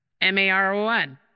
M-A-R-O-N